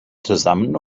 zusammen